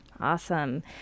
Awesome